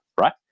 right